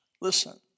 listen